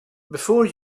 before